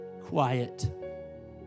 Quiet